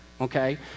Okay